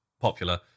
popular